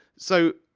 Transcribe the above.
so,